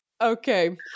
Okay